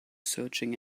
searching